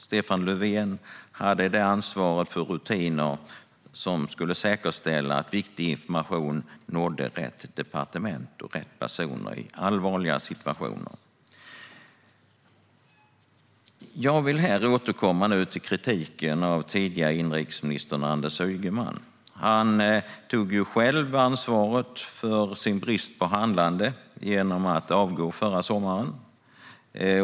Stefan Löfven hade ansvaret för de rutiner som ska säkerställa att viktig information når rätt departement och rätt personer i allvarliga situationer. Här vill jag återkomma till kritiken mot tidigare inrikesministern, Anders Ygeman. Han tog själv ansvar för sin brist på handlande genom att han avgick förra sommaren.